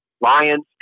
Lions